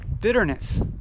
bitterness